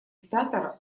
диктатора